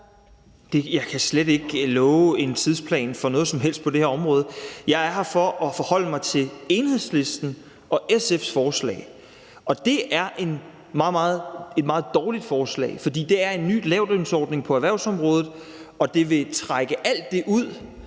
Jeg kan slet ikke love en tidsplan for noget som helst på det her område. Jeg er her for at forholde mig til Enhedslisten og SF's forslag. Det er et meget, meget dårligt forslag, fordi det er en ny lavtlønsordning på erhvervsområdet og det vil trække alt det ud,